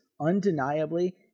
undeniably